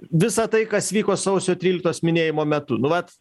visa tai kas vyko sausio tryliktos minėjimo metu nu vat